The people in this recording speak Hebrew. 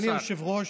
אדוני היושב-ראש,